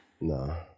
No